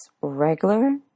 regular